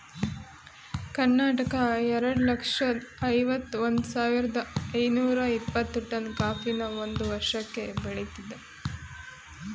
ಕರ್ನಾಟಕ ಎರಡ್ ಲಕ್ಷ್ದ ಐವತ್ ಒಂದ್ ಸಾವಿರ್ದ ಐನೂರ ಇಪ್ಪತ್ತು ಟನ್ ಕಾಫಿನ ಒಂದ್ ವರ್ಷಕ್ಕೆ ಬೆಳಿತದೆ